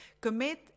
Commit